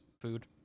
food